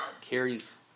carries